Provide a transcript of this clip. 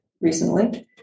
recently